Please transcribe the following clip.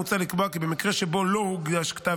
מוצע לקבוע כי במקרה שבו לא הוגש כתב